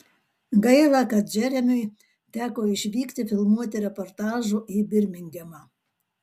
gaila kad džeremiui teko išvykti filmuoti reportažo į birmingemą